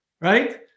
right